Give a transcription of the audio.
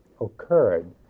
occurred